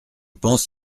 pense